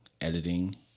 editing